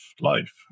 life